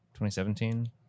2017